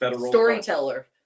storyteller